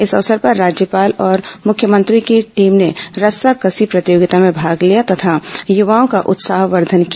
इस अवसर पर राज्यपाल और मुख्यमंत्री की टीम ने रस्साकसी प्रतियोगिता में भाग लिया तथा युवाओं का उत्साहवर्धन किया